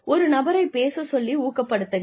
ஒரு நபரைப் பேசச் சொல்லி ஊக்கப்படுத்துங்கள்